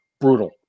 brutal